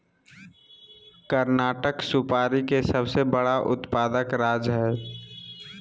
कर्नाटक सुपारी के सबसे बड़ा उत्पादक राज्य हय